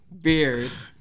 beers